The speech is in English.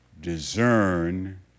discern